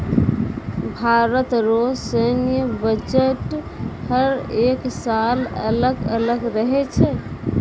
भारत रो सैन्य बजट हर एक साल अलग अलग रहै छै